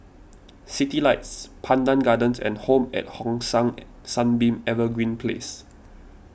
Citylights Pandan Gardens and Home at Hong San Sunbeam Evergreen Place